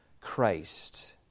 Christ